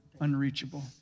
unreachable